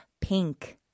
Pink